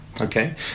Okay